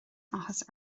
áthas